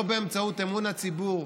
שלא באמצעות אמון הציבור,